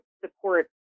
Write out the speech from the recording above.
support